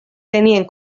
tenien